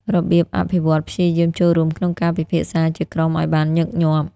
របៀបអភិវឌ្ឍន៍ព្យាយាមចូលរួមក្នុងការពិភាក្សាជាក្រុមឲ្យបានញឹកញាប់។